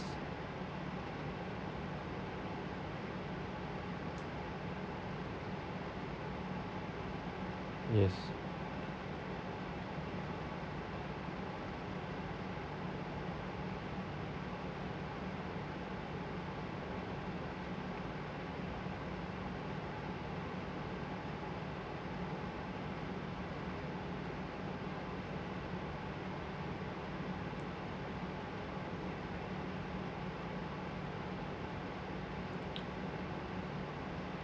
yes